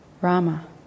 Rama